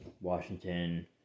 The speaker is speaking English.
Washington